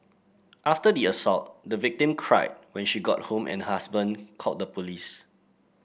after the assault the victim cried when she got home and her husband called the police